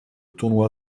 tournoi